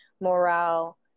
morale